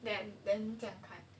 then then 这样还